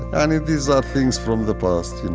and these are things from the past, you know?